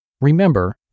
Remember